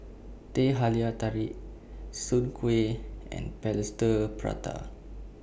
Teh Halia Tarik Soon Kueh and Plaster Prata